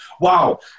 wow